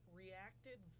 reacted